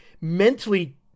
mentally